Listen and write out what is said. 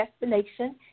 destination